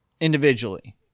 individually